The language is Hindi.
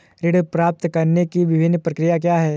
ऋण प्राप्त करने की विभिन्न प्रक्रिया क्या हैं?